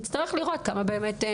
נצטרך לבדוק את זה.